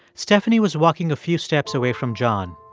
stephanie was walking a few steps away from john.